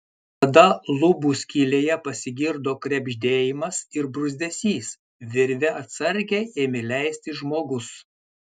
tada lubų skylėje pasigirdo krebždėjimas ir bruzdesys virve atsargiai ėmė leistis žmogus